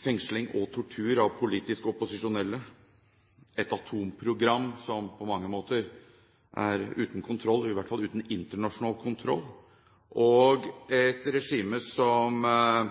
fengsling og tortur av politisk opposisjonelle eller et atomprogram som på mange måter er uten kontroll, iallfall uten internasjonal kontroll. Det er et regime som